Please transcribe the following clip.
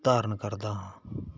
ਧਾਰਨ ਕਰਦਾ ਹਾਂ